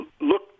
Look